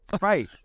right